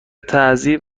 تعضیف